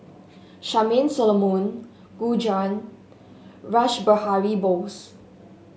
Charmaine Solomon Gu Juan Rash Behari Bose